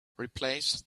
replace